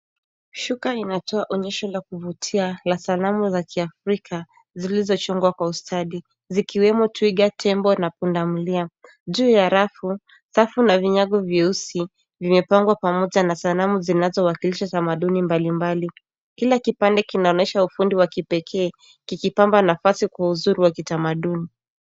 Shuka inatoa onyesha la kuvutia la sanmu za kiafrika, zilizojongwa kwa ustadi zikiwemo twiga, tembo na pundamilia. Juu ya rafu, safu na vinyago vyeusi vimepangwa pamoja na sanamu zinazowakilisha tamaduni mbalimbali. Kila kipande kinaonyesha ufundi wa kipekee kikipamba nafasi kwa uzuri wa kitamaduni.